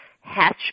Hatch